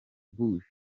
bush